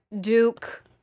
Duke